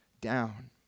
down